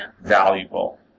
valuable